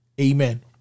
Amen